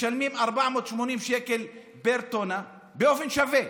משלמים 480 שקל פר טונה באופן שווה,